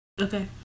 okay